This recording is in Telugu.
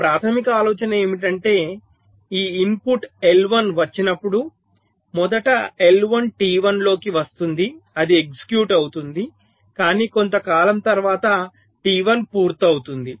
ఇప్పుడు ప్రాథమిక ఆలోచన ఏమిటంటే ఈ ఇన్పుట్ I1 వచ్చినప్పుడు మొదట I1 T1 లోకి వస్తుంది అది ఎగ్జిక్యూట్ అవుతుంది కానీ కొంతకాలం తర్వాత T1 పూర్తవుతుంది